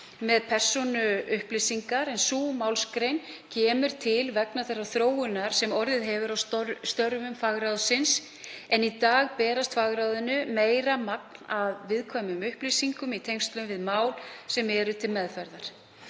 með persónuupplýsingar. Sú málsgrein kemur til vegna þeirrar þróunar sem orðið hefur á störfum fagráðsins en í dag berst fagráðinu meira magn af viðkvæmum upplýsingum í tengslum við mál sem eru til meðferðar.